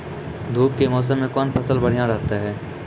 धूप के मौसम मे कौन फसल बढ़िया रहतै हैं?